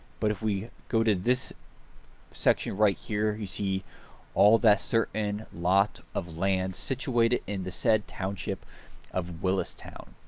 but if we go to this section right here, you see all that certain lot of land situated in the said township of willistown.